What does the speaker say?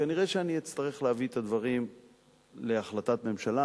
וכנראה שאני אצטרך להביא את הדברים להחלטת ממשלה.